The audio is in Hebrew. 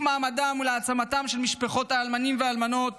מעמדן ולהעצמתן של משפחות האלמנים והאלמנות